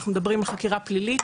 אנחנו מדברים על חקירה פלילית,